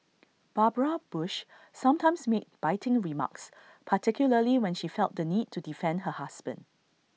Barbara bush sometimes made biting remarks particularly when she felt the need to defend her husband